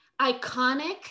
Iconic